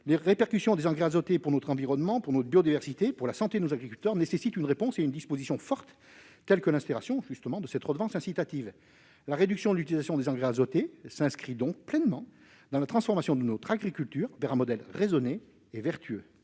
Les répercussions de l'usage des engrais azotés sur notre environnement, sur notre biodiversité, sur la santé de nos agriculteurs exigent une réponse forte telle que l'instauration de la présente redevance incitative. La réduction de l'utilisation des engrais azotés s'inscrit pleinement dans la transformation de notre agriculture vers un modèle raisonné et vertueux.